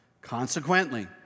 Consequently